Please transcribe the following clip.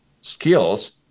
skills